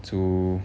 to